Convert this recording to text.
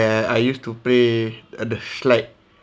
where I used to play at the slide